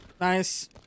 Nice